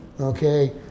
Okay